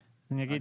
2024?